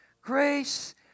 grace